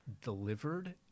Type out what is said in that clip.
delivered